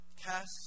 Cast